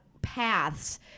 paths